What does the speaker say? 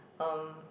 um